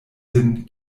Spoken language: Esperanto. sin